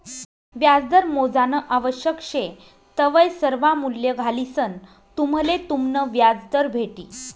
व्याजदर मोजानं आवश्यक शे तवय सर्वा मूल्ये घालिसंन तुम्हले तुमनं व्याजदर भेटी